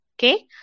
Okay